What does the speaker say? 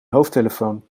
hoofdtelefoon